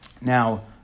Now